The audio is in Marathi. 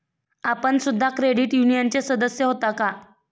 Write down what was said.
आपण सुद्धा क्रेडिट युनियनचे सदस्य होता का?